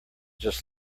just